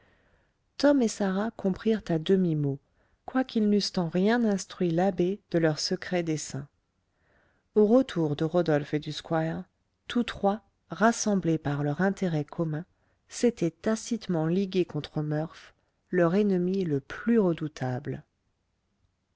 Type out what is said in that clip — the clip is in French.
tom et sarah comprirent à demi-mot quoiqu'ils n'eussent en rien instruit l'abbé de leurs secrets desseins au retour de rodolphe et du squire tous trois rassemblés par leur intérêt commun s'étaient tacitement ligués contre murph leur ennemi le plus redoutable